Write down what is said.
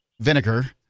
vinegar